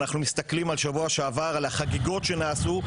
אנחנו מסתכלים על שבוע שעבר, על החגיגות שנעשו.